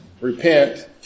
Repent